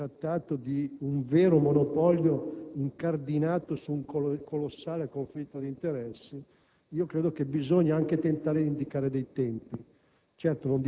che si è trattato di un vero monopolio incardinato su un colossale conflitto di interessi, bisogna tentare di indicare dei tempi.